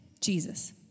Jesus